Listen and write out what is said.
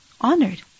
honored